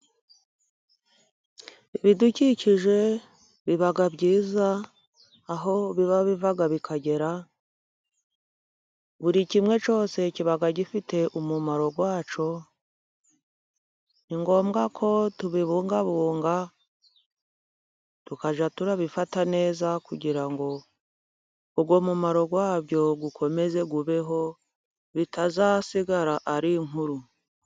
Ibidukikije biba byiza aho biba biva bikagera buri kimwe cyose kiba gifite umumaro wacyo, ni ngombwa ko tubibungabunga tukajya tubifata neza kugira ngo uwo mumaro wabyo ukomeze ubeho, bitazasigara ari inkuru.